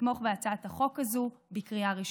לתמוך בהצעת החוק הזאת בקריאה הראשונה.